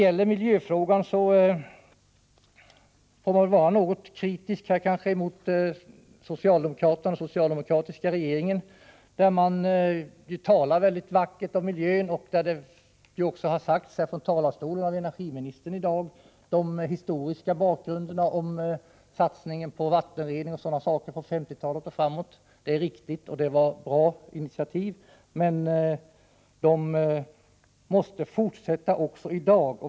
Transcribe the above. I miljöhänseende måste man vara kritisk gentemot socialdemokraterna och den socialdemokratiska regeringen. Man talar ju mycket vackert om miljön. Energiministern har också i dag här i talarstolen gett den historiska bakgrunden till satsningen på vattenrening etc. från 1950-talet och framåt. Det var ett riktigt och ett bra initiativ. Men detta arbete måste fortsätta också i dag.